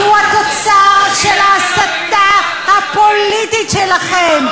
כי הוא תוצר של ההסתה הפוליטית שלכם.